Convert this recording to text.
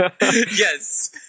Yes